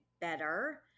better